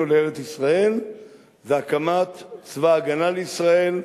לארץ-ישראל זה הקמת צבא-הגנה לישראל.